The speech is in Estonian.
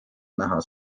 näha